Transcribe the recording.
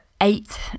eight